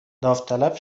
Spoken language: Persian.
داوطلب